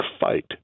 fight